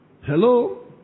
Hello